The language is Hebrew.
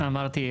אמרתי,